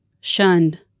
shunned